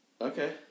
Okay